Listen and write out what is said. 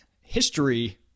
history